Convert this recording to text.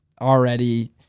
already